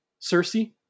Cersei